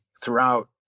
throughout